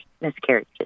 miscarriages